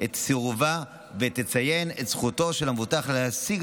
את סירובה ותציין את זכותו של המבוטח להשיג